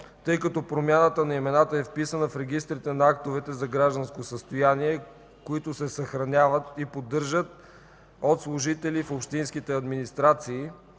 тъй като промяната на имената е вписана в регистрите на актовете за гражданско състояние, които се съхраняват и поддържат от служители в общинските администрации,